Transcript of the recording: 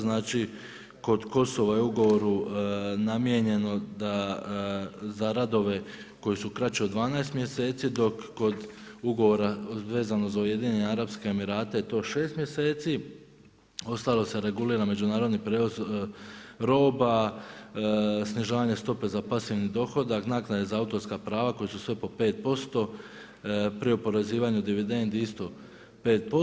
Znači kod Kosova je u ugovoru namijenjeno da za radove koji su kraće od 12 mjeseci dok kod ugovora vezano za Ujedinjene Arapske Emirate je to 6 mjeseci, ostalo se regulira međunarodni prijevoz roba, snižavanje stope za pasivni dohodak, naknade za autorska prava koja su sve po 5%, pri oporezivanju dividendi isto 5%